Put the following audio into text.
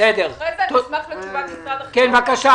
בסדר, אז אחרי כן אשמח לתשובת משרד החינוך.